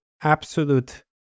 absolute